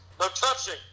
No-touching